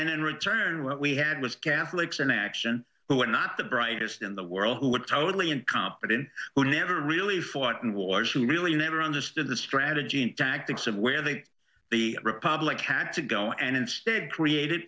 then in return what we had was catholics in action who were not the brightest in the world who were totally incompetent who never really fought in wars who really never understood the strategy and tactics of where they the republic had to go and instead created